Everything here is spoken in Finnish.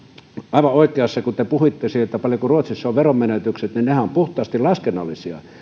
aivan oikeassa mutta kun te puhuitte siitä paljonko ruotsissa ovat veronmenetykset niin nehän ovat puhtaasti laskennallisia